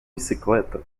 bicicleta